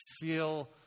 feel